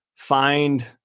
find